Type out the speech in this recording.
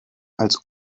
als